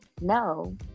no